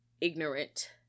ignorant